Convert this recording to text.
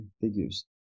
figures